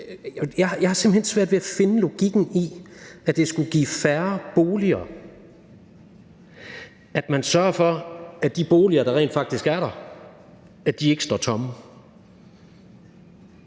Jeg har simpelt hen svært ved at finde logikken i, at det skulle give færre boliger, at man sørger for, at de boliger, der rent faktisk er der, ikke står tomme.